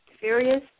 Serious